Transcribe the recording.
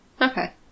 Okay